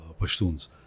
Pashtuns